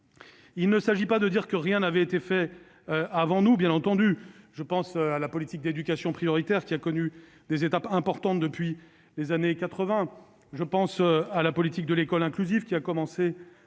Il ne s'agit pas de dire que rien n'avait été fait avant nous, bien entendu. Je pense notamment à la politique d'éducation prioritaire, qui a franchi des étapes importantes depuis les années 1980, ou à la politique de l'école inclusive, qui a commencé